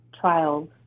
trials